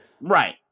Right